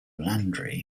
landry